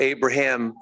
Abraham